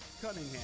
Cunningham